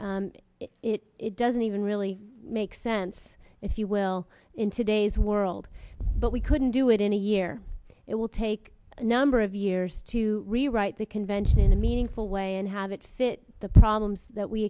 problems it doesn't even really make sense if you will in today's world but we couldn't do it in a year it will take a number of years to rewrite the convention in a meaningful way and have it fit the problems that we